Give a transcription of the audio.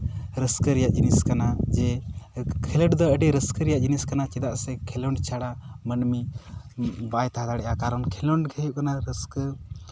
ᱨᱟᱹᱥᱠᱟᱹ ᱨᱮᱭᱟᱜ ᱡᱤᱱᱤᱥ ᱠᱟᱱᱟ ᱡᱮ ᱠᱷᱮᱞᱳᱰ ᱫᱚ ᱟᱹᱰᱤ ᱨᱟᱹᱥᱠᱟᱹ ᱨᱮᱭᱟᱜ ᱡᱤᱱᱤᱥ ᱠᱟᱱᱟ ᱪᱮᱫᱟᱜ ᱥᱮ ᱠᱷᱮᱞᱳᱰ ᱪᱷᱟᱲᱟ ᱢᱟᱹᱱᱢᱤ ᱵᱟᱭ ᱛᱟᱦᱮᱸ ᱫᱟᱲᱮᱭᱟᱜᱼᱟ ᱠᱟᱨᱚᱱ ᱠᱷᱮᱞᱳᱰ ᱜᱮ ᱦᱩᱭᱩᱜ ᱠᱟᱱᱟ ᱨᱟᱹᱥᱠᱟᱹ